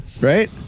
Right